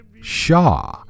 Shaw